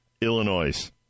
Illinois